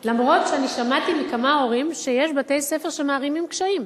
למרות ששמעתי מכמה הורים שיש בתי-ספר שמערימים קשיים,